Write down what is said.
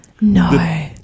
No